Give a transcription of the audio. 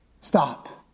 Stop